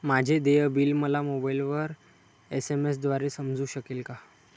माझे देय बिल मला मोबाइलवर एस.एम.एस द्वारे समजू शकेल का?